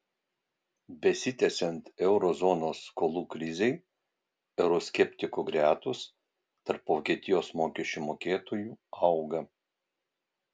besitęsiant euro zonos skolų krizei euroskeptikų gretos tarp vokietijos mokesčių mokėtojų auga